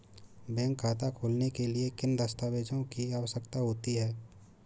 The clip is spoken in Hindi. बैंक खाता खोलने के लिए किन दस्तावेज़ों की आवश्यकता होती है?